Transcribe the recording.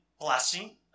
blessing